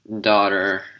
daughter